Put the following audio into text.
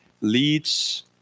leads